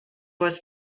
was